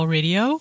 Radio